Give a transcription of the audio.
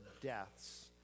deaths